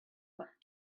what